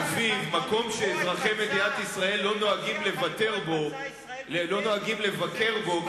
שלפיו מקום שאזרחי מדינת ישראל לא נוהגים לבקר בו,